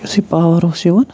یُتھُے پاوَر اوس یِوان